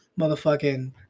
motherfucking